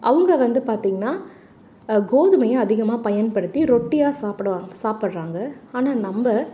அவங்க வந்து பார்த்திங்கனா கோதுமையை அதிகமாக பயன்படுத்தி ரொட்டியாக சாப்பிடுவா சாப்பிட்றாங்க ஆனால் நம்ம